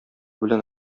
белән